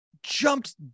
Jumped